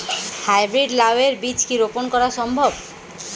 High breed লাও এর বীজ কি রোপন করা সম্ভব?